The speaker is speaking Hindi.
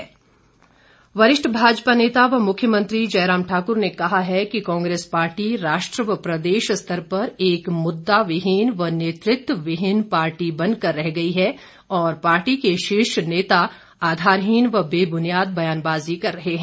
मुख्यमंत्री वरिष्ठ भाजपा नेता व मुख्यमंत्री जयराम ठाकुर ने कहा है कि कांग्रेस पार्टी राष्ट्र व प्रदेश स्तर पर एक मुदाविहीन व नेतृत्वविहीन पार्टी बन कर रह गई है और पार्टी के शीर्ष नेता आधारहीन व बेबुनियाद बयानबाजी कर रहे हैं